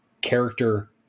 character